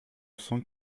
cent